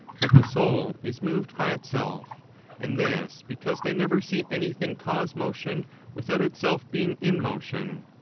but the soul is moved by itself and this because they never see anything cause motion without itself being in motion.